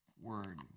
word